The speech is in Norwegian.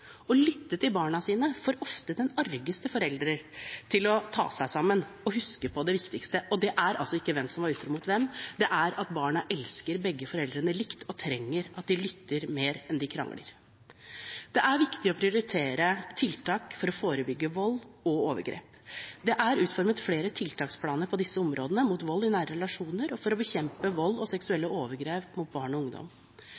Å lytte til barna sine får ofte den argeste forelder til å ta seg sammen og huske på det viktigste – og det er altså ikke hvem som var utro mot hvem, det er at barna elsker begge foreldrene likt og trenger at de lytter mer enn de krangler. Det er viktig å prioritere tiltak for å forebygge vold og overgrep. Det er utformet flere tiltaksplaner på disse områdene – «mot vold i nære relasjoner» og «for å bekjempe seksuelle overgrep mot barn og ungdom».